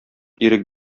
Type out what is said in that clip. ирек